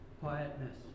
quietness